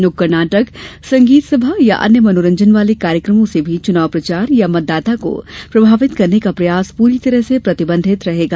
नुक्कड़ नाटक संगीत सभा या अन्य मनोरंजन वाले कार्यक्रमों से भी चुनाव प्रचार या मतदाता को प्रभावित करने का प्रयास पूरी तरह से प्रतिबंधित रहेगा